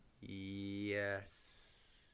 Yes